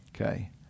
okay